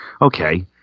okay